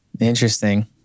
Interesting